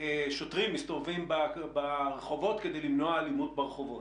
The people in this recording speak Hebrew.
שוטרים מסתובבים ברחובות כדי למנוע אלימות ברחובות.